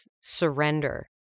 surrender